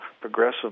progressive